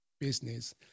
business